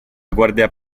guardia